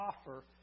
offer